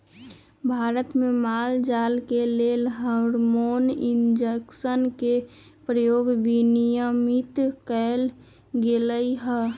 भारत में माल जाल के लेल हार्मोन इंजेक्शन के प्रयोग विनियमित कएल गेलई ह